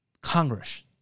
Congress